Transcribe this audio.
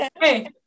hey